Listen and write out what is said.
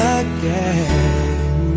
again